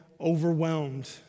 overwhelmed